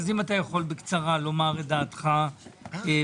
אם אתה יכול בקצרה לומר את דעתך כי